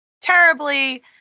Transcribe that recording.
terribly